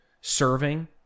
serving